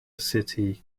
city